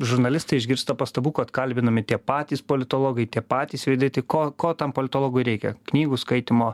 žurnalistai išgirsta pastabų kad kalbinami tie patys politologai tie patys veidai tai ko ko tam politologui reikia knygų skaitymo